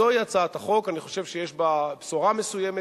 זוהי הצעת החוק, אני חושב שיש בה בשורה מסוימת.